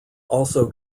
also